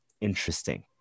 interesting